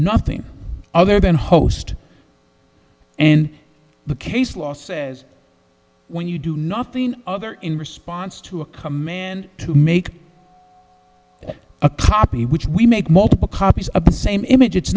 nothing other than host and the case law says when you do nothing other in response to a command to make a copy which we make multiple copies of the same image it's